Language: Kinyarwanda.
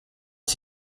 iki